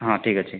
ହଁ ଠିକ୍ ଅଛି